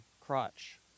Crotch